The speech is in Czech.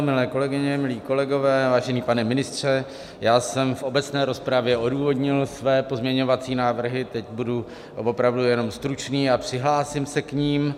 Milé kolegyně, milí kolegové, vážený pane ministře, já jsem v obecné rozpravě odůvodnil své pozměňovací návrhy, teď budu opravdu jenom stručný a přihlásím se k nim.